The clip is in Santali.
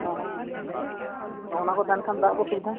ᱚᱱᱟ ᱦᱚᱸ ᱚᱱᱟ ᱠᱚ ᱛᱟᱦᱮᱱ ᱠᱷᱟᱱ ᱫᱟᱜ ᱠᱚ ᱥᱩᱵᱤᱫᱷᱟ